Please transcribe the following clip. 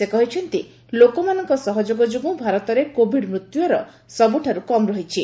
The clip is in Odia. ସେ କହିଛନ୍ତି ଲୋକମାନଙ୍କ ସହଯୋଗ ଯୋଗୁଁ ଭାରତରେ କୋବିଡ ମୃତ୍ୟୁହାର ସବୁଠୁ କମ୍ ରହିଛି